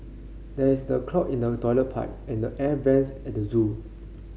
there is the clog in the toilet pipe and the air vents at the zoo